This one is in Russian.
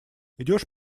идешь